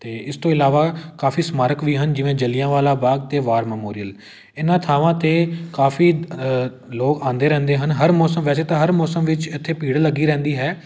ਅਤੇ ਇਸ ਤੋਂ ਇਲਾਵਾ ਕਾਫੀ ਸਮਾਰਕ ਵੀ ਹਨ ਜਿਵੇਂ ਜਲ੍ਹਿਆਂਵਾਲਾ ਬਾਗ ਅਤੇ ਵਾਰ ਮਮੋਰੀਅਲ ਇਹਨਾਂ ਥਾਵਾਂ 'ਤੇ ਕਾਫੀ ਲੋਕ ਆਉਂਦੇ ਰਹਿੰਦੇ ਹਨ ਹਰ ਮੌਸਮ ਵੈਸੇ ਤਾਂ ਹਰ ਮੌਸਮ ਵਿੱਚ ਇੱਥੇ ਭੀੜ ਲੱਗੀ ਰਹਿੰਦੀ ਹੈ